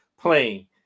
playing